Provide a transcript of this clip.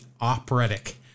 operatic